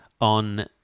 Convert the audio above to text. on